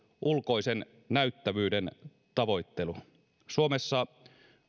ulkoisen näyttävyyden tavoittelu suomessa